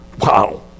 Wow